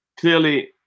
Clearly